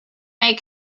may